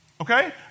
okay